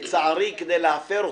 לצערי, כדי להפר אותם.